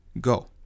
Go